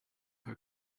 her